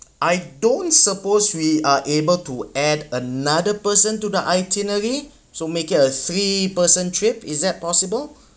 I don't suppose we are able to add another person to the itinerary so make it a three person trip is that possible